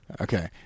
okay